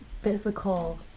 physical